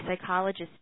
Psychologist